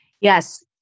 Yes